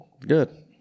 good